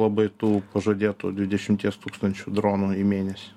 labai tų pažadėtų dvidešimties tūkstančių dronų į mėnesį